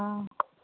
हँ